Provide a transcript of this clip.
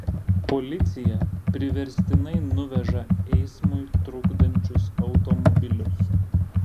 policija priverstinai nuveža eismui trukdančius automobilius